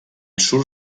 surt